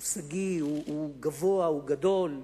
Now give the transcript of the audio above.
הוא שגיא, הוא גבוה, הוא גדול,